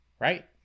Right